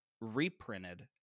reprinted